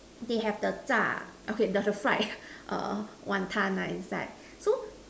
they have the fried Wan ton inside